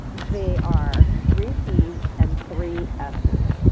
they are three c's and three s's.